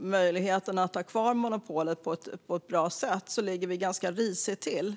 möjligheten att ha kvar monopolet på ett bra sätt ligger vi ganska risigt till.